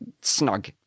snug